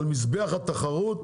על מזבח התחרות?